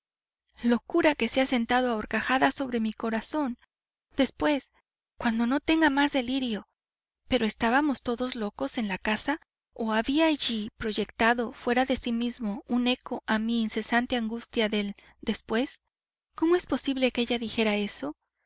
locura que se ha sentado a horcajadas sobre mi corazón después cuando no tenga más delirio pero estábamos todos locos en la casa o había allí proyectado fuera de mí mismo un eco a mi incesante angustia del después cómo es posible que ella dijera eso